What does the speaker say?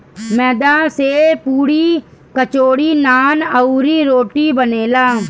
मैदा से पुड़ी, कचौड़ी, नान, अउरी, रोटी बनेला